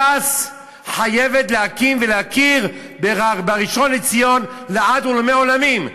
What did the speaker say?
ש"ס חייבת להקים ולהכיר בראשון לציון לעד ולעולמי עולמים.